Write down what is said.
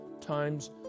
times